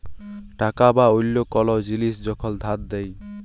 টাকা বা অল্য কল জিলিস যখল ধার দেয়